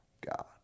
God